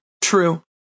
true